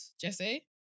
Jesse